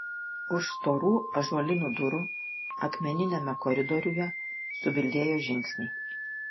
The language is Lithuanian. už storų ąžuolinių durų akmeniniame koridoriuje subildėjo žingsniai